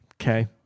Okay